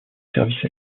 service